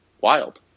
wild